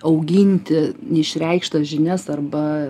auginti neišreikštas žinias arba